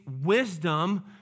wisdom